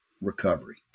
recovery